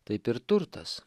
taip ir turtas